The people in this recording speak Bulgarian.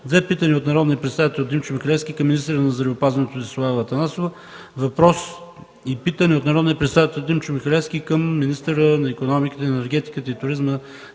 две питания от народния представител Димчо Михалевски към министъра на здравеопазването Десислава Атанасова; - въпрос и питане от народния представител Димчо Михалевски към министъра на икономиката, енергетиката и туризма